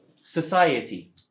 society